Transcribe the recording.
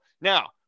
now